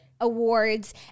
awards